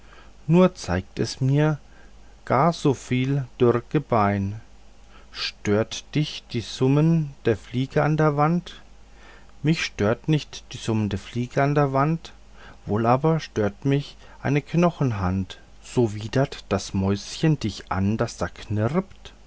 nur zeigt es mir gar soviel dürr gebein stört dich die summende flieg an der wand mich stört nicht die summende flieg an der wand wohl aber stört mich eine knochenhand so widert das mäuschen dich an das da